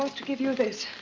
to give you this.